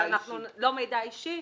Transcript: -- לא מידע אישי,